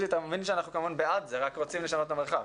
8 בעד אי אישור התקנה.